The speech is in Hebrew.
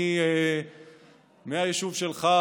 מהיישוב שלך,